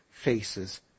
faces